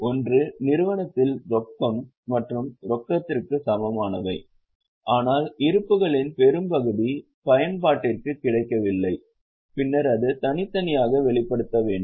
ஒன்று நிறுவனத்தில் ரொக்கம் மற்றும் ரொக்கத்திற்கு சமமானவை ஆனால் இருப்புகளின் பெரும்பகுதி பயன்பாட்டிற்கு கிடைக்கவில்லை பின்னர் அது தனித்தனியாக வெளிப்படுத்தப்பட வேண்டும்